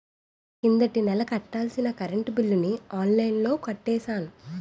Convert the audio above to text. కిందటి నెల కట్టాల్సిన కరెంట్ బిల్లుని ఆన్లైన్లో కట్టేశాను